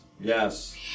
yes